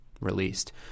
released